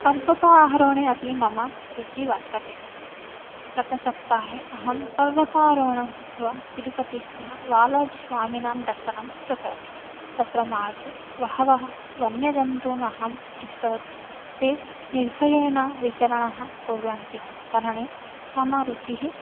पर्वतारोहणे अपि मम रुचिः वर्तते गतसप्ताहे अहं पर्वतारोहणं कृत्वा तिरुपतिस्थः बालाजिस्वामिनां दर्शनं कृतवती तत्र मार्गे बहवः वन्यजन्तूनहं दृष्टवती ते निर्भयेन विचरणः कुर्वन्ति तरणे मम रुचिः